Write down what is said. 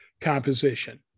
composition